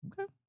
Okay